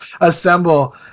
assemble